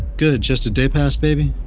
good. just a day pass, baby?